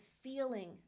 feeling